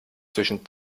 zwischen